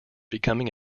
becoming